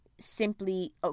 Simply